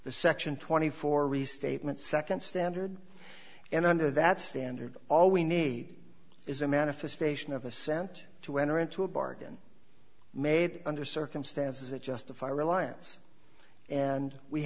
the section twenty four restatement second standard and under that standard all we need is a manifestation of assent to enter into a bargain made under circumstances that justify reliance and we